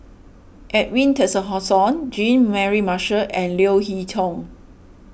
Edwin Jean Mary Marshall and Leo Hee Tong